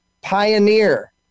pioneer